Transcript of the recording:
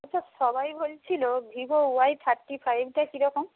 আচ্ছা সবাই বলছিল ভিভো ওয়াই থার্টি ফাইভটা কী রকম